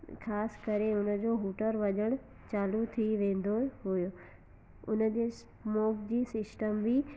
ख़ासि करे हुनजो हूटर वॼण चालू थी वेंदो हुयो उनजो स्मोक जी सिस्टम बि